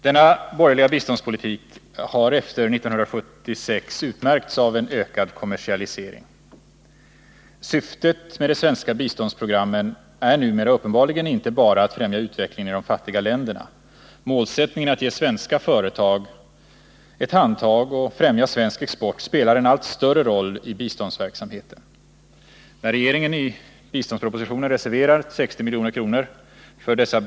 Denna biståndspolitik har efter 1976 utmärkts av en ökad kommersialisering. Syftet med de svenska biståndsprogrammen är numera uppenbarligen inte bara att främja utvecklingen i de fattiga länderna. Målsättningen att ge svenska företag ett handtag och att främja svensk export spelar en allt större roll i biståndsverksamheten. När regeringen i årets biståndsproposition reserverar 60 milj.kr. för dessas.k.